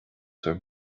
bhur